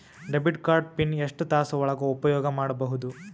Debit card PIN ಎಷ್ಟ ತಾಸ ಒಳಗ ಉಪಯೋಗ ಮಾಡ್ಬಹುದು?